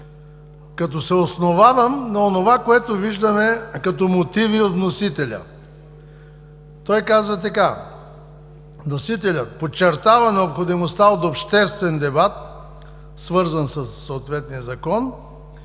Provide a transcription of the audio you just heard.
като се основавам на онова, което виждаме като мотиви от вносителя. Той казва така: подчертава необходимостта от обществен дебат, свързан със съответния закон,